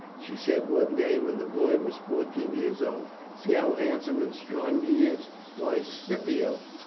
she said one day when the boy was fourteen years old. see how handsome and strong he is why, scipio,